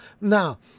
now